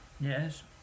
Yes